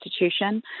Institution